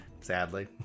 Sadly